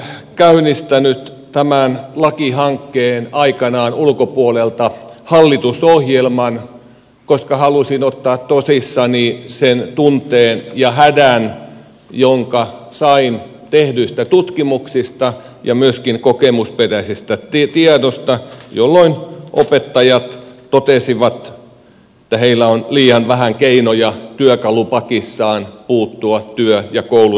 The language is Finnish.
olen käynnistänyt tämän lakihankkeen aikanaan ulkopuolelta hallitusohjelman koska halusin ottaa tosissani sen tunteen ja hädän jonka sain tehdyistä tutkimuksista ja myöskin kokemusperäisestä tiedosta jolloin opettajat totesivat että heillä on liian vähän keinoja työkalupakissaan puuttua työ ja koulurauhaongelmiin